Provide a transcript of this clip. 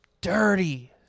dirty